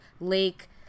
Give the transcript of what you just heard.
lake